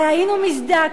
הרי היינו מזדעקים,